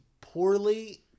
poorly